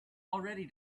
already